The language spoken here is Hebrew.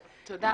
תודה.